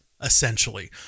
essentially